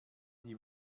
die